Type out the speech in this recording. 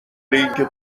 اینکه